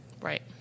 Right